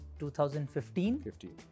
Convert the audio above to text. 2015